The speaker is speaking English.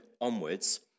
onwards